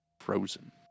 frozen